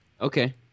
Okay